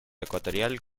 ecuatorial